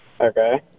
Okay